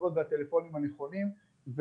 כתובות והטלפונים הנכונים,